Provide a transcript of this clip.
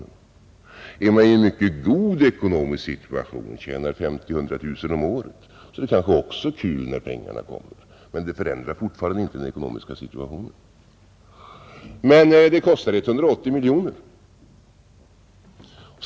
För den som är i en mycket god ekonomisk situation och tjänar 50 000 — 100 000 kronor om året är det kanske också kul när pengarna kommer, men det förändrar fortfarande inte vederbörandes ekonzmiska situation. Däremot kostar det staten 180 miljoner kronor.